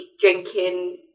drinking